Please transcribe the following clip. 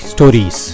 Stories